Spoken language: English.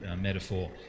metaphor